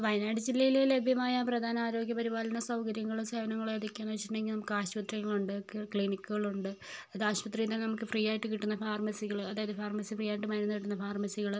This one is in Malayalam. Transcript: വയനാട് ജില്ലയില് ലഭ്യമായ പ്രധാന ആരോഗ്യപരിപാലന സൗകര്യങ്ങളും സേവനങ്ങളും ഏതൊക്കെയാണെന്ന് വെച്ചിട്ടുണ്ടെങ്കിൽ നമുക്ക് ആശുപത്രികളുണ്ട് ക്ലിനിക്കുകളുണ്ട് അത് ആശുപത്രിയിൽ നിന്നും നമുക്ക് ഫ്രീയായിട്ട് കിട്ടുന്ന ഫാർമസികള് അതായത് ഫാർമസി ഫ്രീയായിട്ട് മരുന്ന് കിട്ടുന്ന ഫാർമസികള്